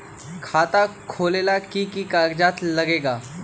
खाता खोलेला कि कि कागज़ात लगेला?